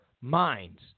minds